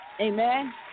Amen